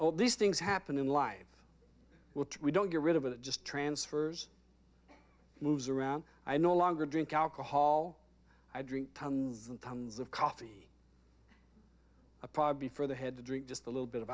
all these things happen in life which we don't get rid of it just transfers moves around i no longer drink alcohol i drink tons and tons of coffee a probably for the head to drink just a little bit of